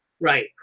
Right